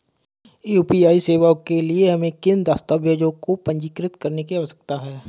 UPI सेवाओं के लिए हमें किन दस्तावेज़ों को पंजीकृत करने की आवश्यकता है?